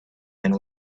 and